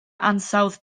ansawdd